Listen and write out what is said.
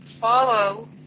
follow